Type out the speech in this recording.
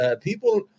People